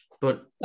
but-